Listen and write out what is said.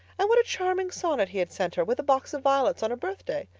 and what a charming sonnet he had sent her, with a box of violets, on her birthday!